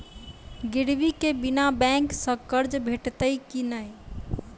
गिरवी के बिना बैंक सऽ कर्ज भेटतै की नै?